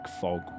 fog